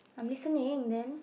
I'm listening then